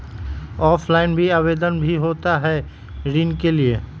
Offline भी आवेदन भी होता है ऋण के लिए?